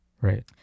right